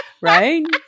right